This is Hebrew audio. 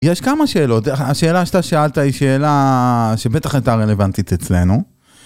יש כמה שאלות, השאלה שאתה שאלת היא שאלה שבטח הייתה רלוונטית אצלנו.